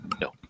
No